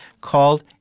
called